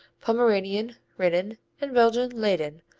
pomeranian rinnen and belgian leyden,